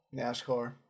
nascar